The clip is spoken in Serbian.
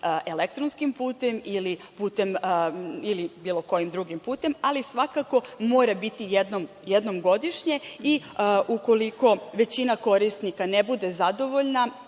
elektronskim ili bilo kojim drugim putem, ali svakako mora biti jednom godišnje i ukoliko većina korisnika ne bude zadovoljna,